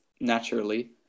naturally